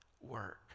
work